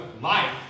life